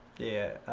yeah,